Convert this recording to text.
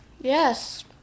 yes